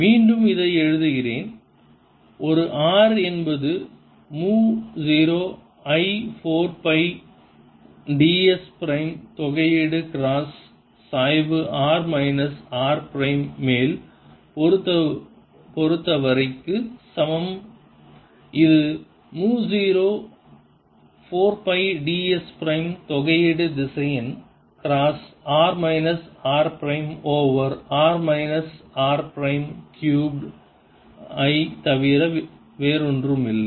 மீண்டும் இதை எழுதுகிறேன் ஒரு r என்பது மு 0 I 4 பை ds பிரைம் தொகையீடு கிராஸ் சாய்வு r மைனஸ் r பிரைம் மேல் பொறுத்தவரை க்கு சமம் இது மு 0 4 pi ds பிரைம் தொகையீடு திசையன் cross r minus r prime over r minus r prime cube ஐத் தவிர வேறொன்றுமில்லை